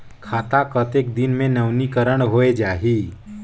खाता कतेक दिन मे नवीनीकरण होए जाहि??